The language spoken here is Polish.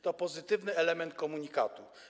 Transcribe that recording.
To pozytywny element komunikatu.